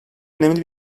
önemli